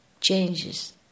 changes